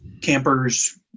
campers